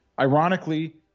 ironically